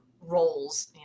roles